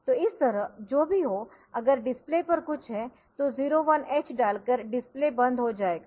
तो इस तरह जो भी हो अगर डिस्प्ले पर कुछ है तो 01h डालकर डिस्प्ले बंद हो जाएगा